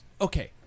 okay